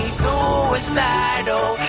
suicidal